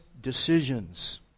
decisions